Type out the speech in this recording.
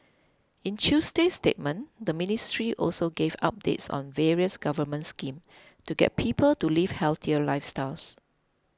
in Tuesday's statement the ministry also gave updates on various government schemes to get people to live healthier lifestyles